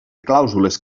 clàusules